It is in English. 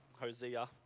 Hosea